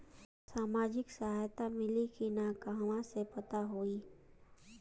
सामाजिक सहायता मिली कि ना कहवा से पता होयी?